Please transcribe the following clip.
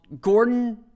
Gordon